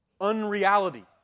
unreality